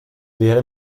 wäre